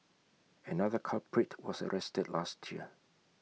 another culprit was arrested last year